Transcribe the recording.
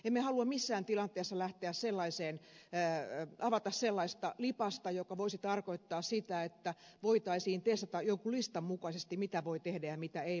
emme halua missään tilanteessa avata sellaista lipasta joka voisi tarkoittaa sitä että voitaisiin testata jonkun listan mukaisesti mitä voi tehdä ja mitä ei voi tehdä